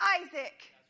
Isaac